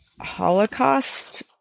Holocaust